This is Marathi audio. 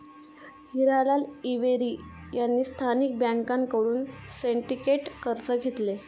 हिरा लाल झवेरी यांनी स्थानिक बँकांकडून सिंडिकेट कर्ज घेतले